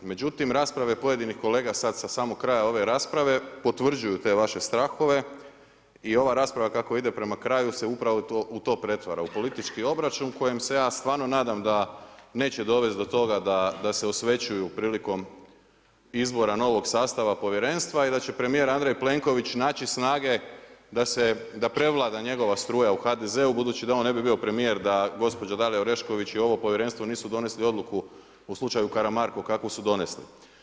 Međutim, rasprave pojedinih kolega sada sa samog kraja ove rasprave potvrđuju te vaše strahove i ova rasprava kako ide prema kraju se upravo u to pretvara u politički obračun kojem se ja stvarno nadam da neće dovesti do toga da se osvećuju prilikom izbora novog sastava povjerenstva i da će premijer Andrej Plenković naći snage da prevlada njegova struja u HDZ-u budući da on ne bi bio premijer da gospođa Dalija Orešković i ove povjerenstvo nisu donijeli odluku u slučaju Karamarko kakvu su donijeli.